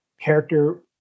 character